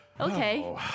Okay